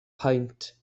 paent